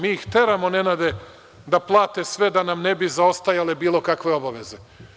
Mi ih teramo, Nenade, da plate sve da nam ne bi zaostajale bilo kakve obaveze.